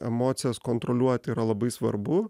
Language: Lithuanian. emocijas kontroliuoti yra labai svarbu